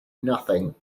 nothing